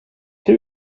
att